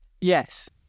Yes